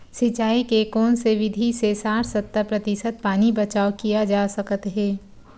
सिंचाई के कोन से विधि से साठ सत्तर प्रतिशत पानी बचाव किया जा सकत हे?